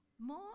More